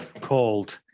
called